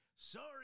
Sorry